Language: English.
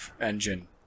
Engine